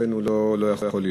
ולכן הוא לא יכול להיות.